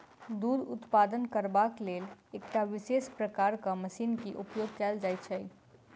दूध उत्पादन करबाक लेल एकटा विशेष प्रकारक मशीन के उपयोग कयल जाइत छै